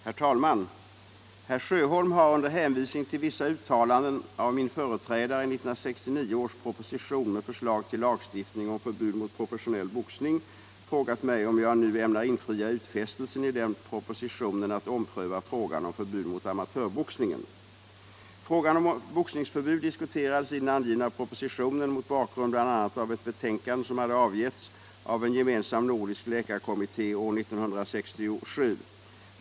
Herr talman! Herr Sjöholm har — under hänvisning till vissa uttalanden av min företrädare i 1969 års proposition med förslag till lagstiftning om förbud mot professionell boxning — frågat mig om jag nu ämnar infria utfästelsen i den propositionen att ompröva frågan om förbud mot amatörboxningen. Frågan om boxningsförbud diskuterades i den angivna propositionen mot bakgrund bl.a. av ett betänkande som hade avgetts av en gemensam nordisk läkarkommitté år 1967.